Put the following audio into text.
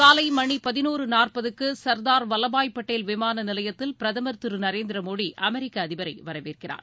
காலை மணி பதினோரு நாற்பது க்கு ச்தார் வல்லபாய் பட்டேல் விமான நிலையத்தில் பிரதமள் திரு நரேந்திர மோடி அமெரிக்க அதிபரை வரவேற்கிறார்